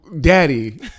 daddy